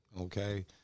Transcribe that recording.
okay